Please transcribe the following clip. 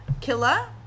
Killa